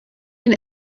den